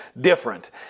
different